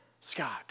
Scott